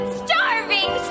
starving